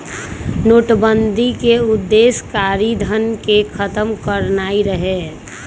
नोटबन्दि के उद्देश्य कारीधन के खत्म करनाइ रहै